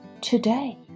today